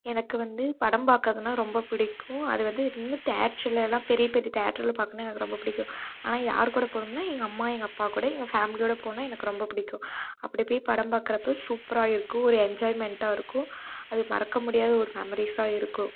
எனக்கு வந்து படம் பார்க்குறதுனா ரொம்ப பிடிக்கும் அது வந்து இன்னும் தேட்டர்லலாம் பெரிய பெரிய தேட்டரில் பார்க்குறன்னா எனக்கு ரொம்ப பிடிக்கும் ஆனால் யார் கூட போகணும்னா எங்கள் அம்மா எங்கள் அப்பா கூட எங்கள் ஃபேமிலியோடு போனால் எனக்கு ரொம்ப பிடிக்கும் அப்படி போய் படம் பார்க்குறப்ப சூப்பராக இருக்கும் ஒரு என்ஜாய்மெண்டாக இருக்கும் அது மறக்க முடியாத ஒரு மெமரீஸ்ஸாக இருக்கும்